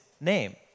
name